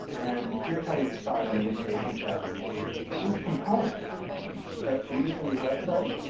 and here's how you decide on a mitigation strategy for each component that's used in your website.